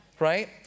Right